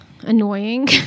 annoying